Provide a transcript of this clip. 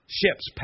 ships